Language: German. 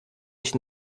ich